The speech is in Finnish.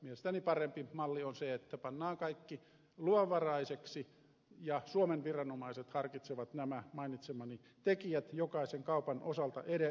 mielestäni parempi malli on se että pannaan kaikki luvanvaraiseksi ja suomen viranomaiset harkitsevat nämä mainitsemani tekijät jokaisen kaupan osalta erikseen